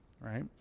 right